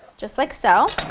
just like so.